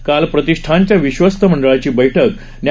काल प्रतिष्ठानच्या विश्वस्त मंडळाची बैठक न्या